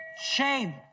Shame